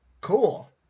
cool